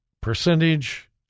percentage